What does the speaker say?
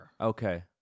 Okay